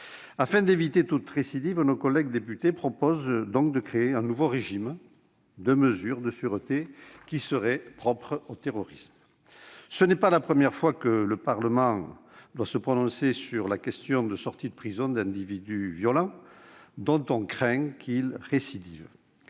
Afin d'éviter toute récidive, nos collègues députés proposent de créer un nouveau régime de mesures de sûreté propre au terrorisme. Ce n'est pas la première fois que le Parlement doit se prononcer sur la question des sorties de prison d'individus violents, dont on craint qu'ils ne récidivent.